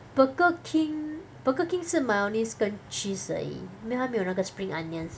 Burger King Burger King 是 mayonnaise 跟 cheese 而已没有它没有那个 spring onions